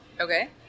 Okay